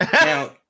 now